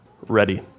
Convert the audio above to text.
ready